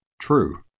true